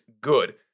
good